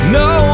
no